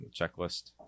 checklist